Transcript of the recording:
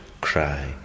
cry